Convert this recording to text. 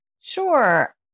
Sure